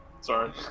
Sorry